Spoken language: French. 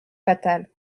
fatal